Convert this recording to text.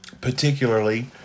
particularly